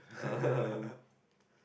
um